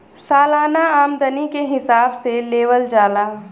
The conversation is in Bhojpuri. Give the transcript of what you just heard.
सालाना आमदनी के हिसाब से लेवल जाला